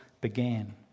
began